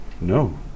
No